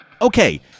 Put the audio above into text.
Okay